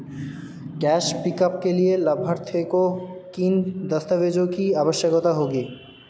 Cash pickup के लिए लाभार्थी को किन दस्तावेजों की आवश्यकता होगी?